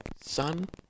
son